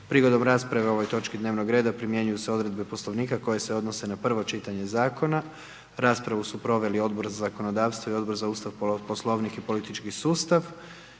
Prigodom rasprave o ovoj točki dnevnog reda primjenjuju se odredbe Poslovnika koje se odnose na prvo čitanje zakona. Raspravu su proveli Odbor za zakonodavstvo i Odbor za Ustav, Poslovnik i politički sustav.